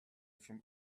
from